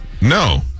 No